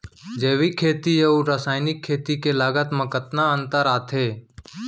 जैविक खेती अऊ रसायनिक खेती के लागत मा कतना अंतर आथे?